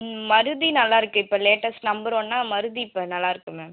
ம் மருதி நல்லா இருக்குது இப்போ லேட்டஸ்ட் நம்பர் ஒன்றா மருதி இப்போ நல்லா இருக்குது மேம்